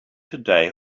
today